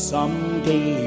Someday